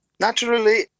Naturally